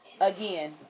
Again